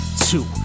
two